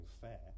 fair